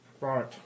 right